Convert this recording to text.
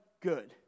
good